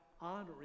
honoring